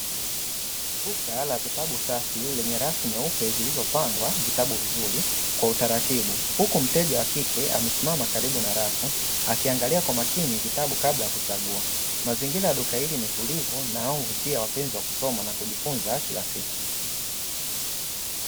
Duka la vitabu safi lenye rafu nyeupe, zilizopangwa vitabu vizuri kwa utaratibu, huku mteja wa kike amesimama karibu na rafu, akiangalia kwa makini vitabu kabla ya kuchagua. Mazingira ya duka hili ni tulivu na yanayovutia wapenzi wa kusoma na kujifunza kila siku.